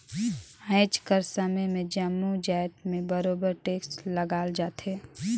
आएज कर समे में जम्मो जाएत में बरोबेर टेक्स लगाल जाथे